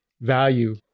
value